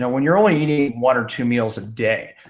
when you're only eating one or two meals a day,